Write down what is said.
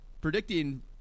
predicting